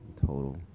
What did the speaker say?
total